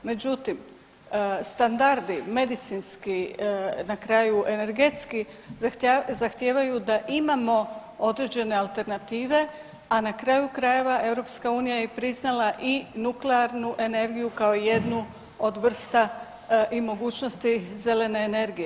Međutim, standardi medicinski na kraju energetski zahtijevaju da imamo određene alternative, a na kraju krajeva EU je priznala i nuklearnu energiju kao jednu od vrsta i mogućnosti zelene energije.